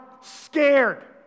scared